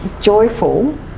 joyful